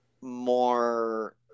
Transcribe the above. more